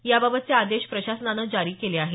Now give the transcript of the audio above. याबाबतचे आदेश प्रशासनानं जारी केले आहेत